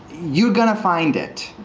you're going to find it.